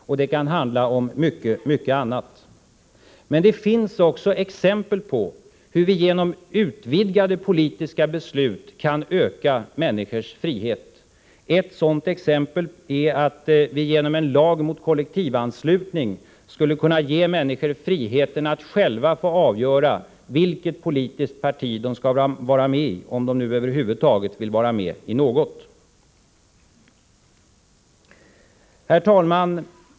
Det kan handla om mycket annat. Men det finns också exempel på hur vi genom utvidgade politiska beslut kan öka människors frihet. Ett sådant är att vi genom en lag mot kollektivanslutning skulle kunna ge människor friheten att själva få avgöra vilket politiskt parti de skall vara med i, om de nu över huvud taget vill vara med i något. Herr talman!